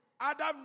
Adam